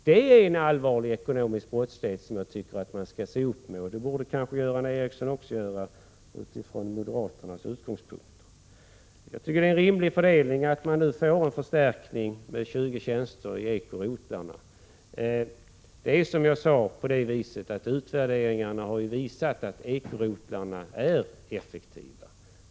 Detta är en allvarlig form av brottslighet som jag tycker att man skall se upp med. Det borde kanske också Göran Ericsson göra utifrån moderaternas utgångspunkter. Jag tycker att det är en rimlig fördelning att det nu sker en förstärkning med 20 tjänster i ekorotlarna. Som jag sade, har utvärderingarna visat att ekorotlarna är effektiva.